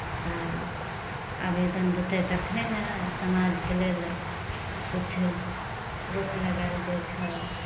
तऽ आवेदन देतै तखने ने समाजके लेल किछु रोक लगायल जाइ छै